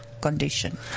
condition